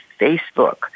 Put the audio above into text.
Facebook